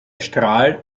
strahl